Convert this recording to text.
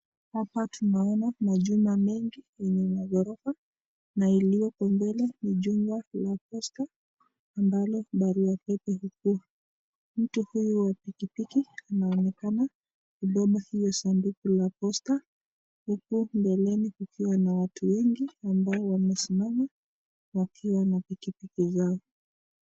Hapa tunaona majumba mengi kwenye maghorofa na iliopo mbele ni jumba la posta ambalo barua pepe hukuwa. Mtu huyu wa pikipiki inaonekana akibeba hilo sanduku la posta, huku mbeleni watu wengi wamesimama wakiwa na pikipiki zao.